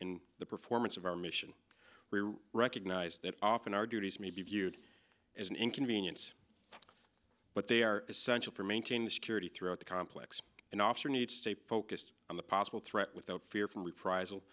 in the performance of our mission we recognize that often our duties may be viewed as an inconvenience but they are essential for maintaining security throughout the complex an officer needs to stay focused on the possible threat without fear from reprisal